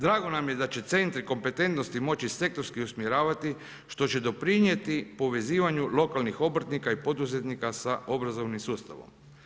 Drago nam je da će centri kompetentnosti moći sektorski usmjeravati što će doprinijeti povezivanju lokalnih obrtnika i poduzetnika sa obrazovnim sustavom.